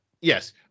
yes